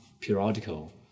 periodical